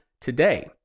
today